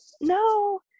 no